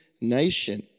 nation